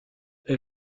est